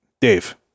Dave